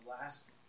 last